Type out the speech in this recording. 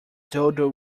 dodo